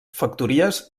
factories